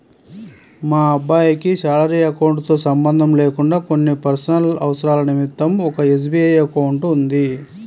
మా అబ్బాయికి salary account తో సంబంధం లేకుండా కొన్ని పర్సనల్ అవసరాల నిమిత్తం ఒక ఎస్.బీ.ఐ అకౌంట్ ఉంది